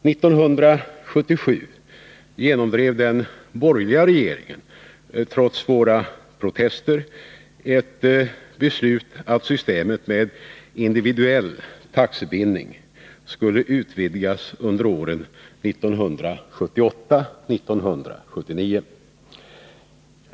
1977 genomdrev den borgerliga regeringen, trots våra protester, ett beslut att systemet med individuell taxebindning skulle utvidgas under åren 1978-1979.